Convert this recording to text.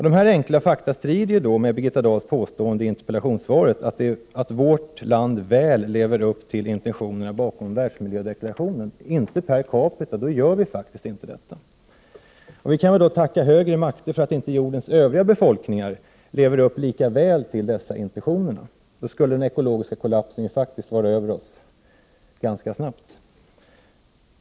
De här enkla fakta strider mot Birgitta Dahls påstående i interpellationssvaret, att vårt land väl lever upp till intentionerna bakom världsmiljödeklarationen. Per capita gör vi faktiskt inte det. Vi kan tacka högre makter för att inte jordens övriga befolkning lever upp lika väl till dessa intentioner. Då skulle ju den ekologiska kollapsen vara över oss ganska snabbt.